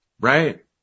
Right